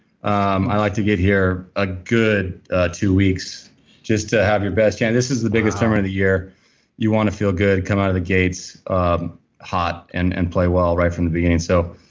um i like to get here a good two weeks just to have your best chance. yeah this is the biggest time and of the year you want to feel good coming out of the gates um hot and and play well right from the beginning. so